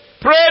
Pray